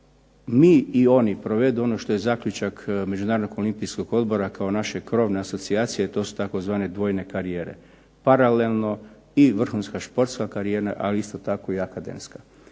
mi i oni provedu što je zaključak Međunarodnog olimpijskog odbora kao naše krovne asocijacije to su tzv. dvojne karijere. Paralelno i vrhunska sportska karijera ali isto tako i akademska.